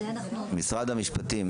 ממשרד המשפטים,